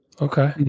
Okay